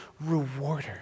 rewarder